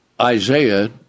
Isaiah